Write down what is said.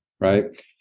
right